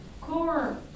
core